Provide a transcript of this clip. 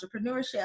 entrepreneurship